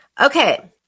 Okay